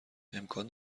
امکان